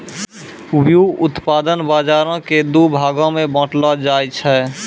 व्युत्पादन बजारो के दु भागो मे बांटलो जाय छै